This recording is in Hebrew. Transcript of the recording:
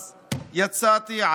אז יצאתי,